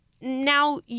now